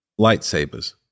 lightsabers